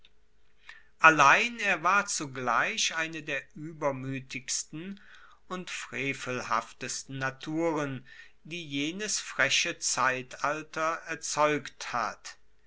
allein er war zugleich eine der uebermuetigsten und frevelhaftesten naturen die jenes freche zeitalter erzeugt hat